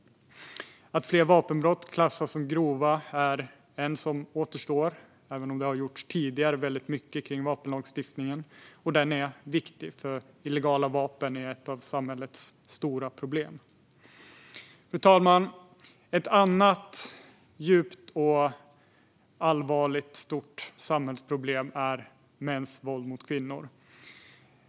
Att fler vapenbrott klassas som grova är en sak som återstår, även om det tidigare har gjorts väldigt mycket med vapenlagstiftningen. Den är viktig. Illegala vapen är ett av samhällets stora problem. Fru talman! Ett annat djupt allvarligt och stort samhällsproblem är mäns våld mot kvinnor.